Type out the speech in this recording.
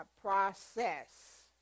process